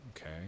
okay